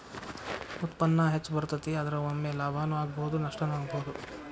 ಉತ್ಪನ್ನಾ ಹೆಚ್ಚ ಬರತತಿ, ಆದರ ಒಮ್ಮೆ ಲಾಭಾನು ಆಗ್ಬಹುದು ನಷ್ಟಾನು ಆಗ್ಬಹುದು